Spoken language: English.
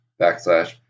backslash